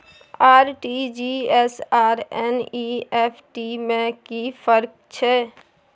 RTG S आर NEFT में कि फर्क छै?